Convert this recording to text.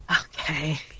Okay